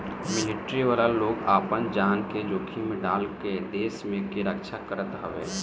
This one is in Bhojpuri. मिलिट्री वाला लोग आपन जान के जोखिम में डाल के देस के रक्षा करत हवे